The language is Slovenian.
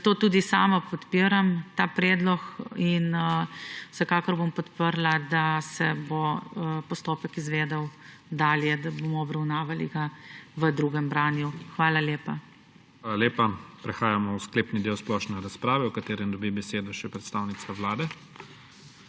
Zato tudi sama podpiram ta predlog in vsekakor bom podprla, da se bo postopek izvedel dalje, da ga bomo obravnavali v drugem branju. Hvala lepa. PREDSEDNIK IGOR ZORČIČ: Hvala lepa. Prehajamo v sklepni del splošne razprave, v katerem dobi besedo še predstavnica Vlade.